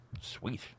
Sweet